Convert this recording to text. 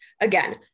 Again